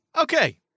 Okay